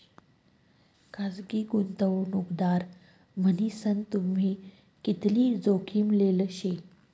खासगी गुंतवणूकदार मन्हीसन तुम्ही कितली जोखीम लेल शे